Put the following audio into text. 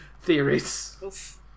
theories